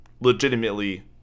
legitimately